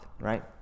right